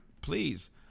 please